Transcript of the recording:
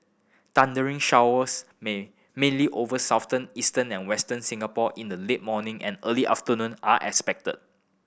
thundery showers main mainly over Southern Eastern and Western Singapore in the late morning and early afternoon are expected